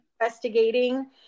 investigating